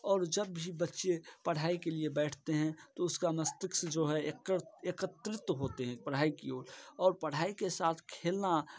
और जब भी बच्चे पढ़ाई के लिए बैठते हैं तो उसका मस्तिष्क जो है एकत्र एकत्रित होते हैं पढ़ाई कि और पढ़ाई के साथ खेलना